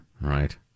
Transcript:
right